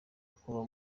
kuva